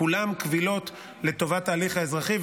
הכול קביל לטובת ההליך האזרחי,